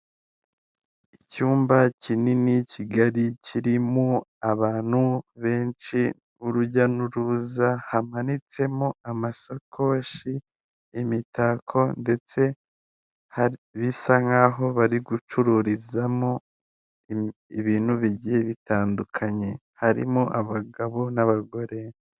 Icyumba kinini kigari kirimo abantu benshi b'urujya n'uruza hamanitsemo amasakoshi imitako ndetse bisa nkaho bari gucururizamo ibintu bigiye bitandukanye, harimo abagabo n'abagore.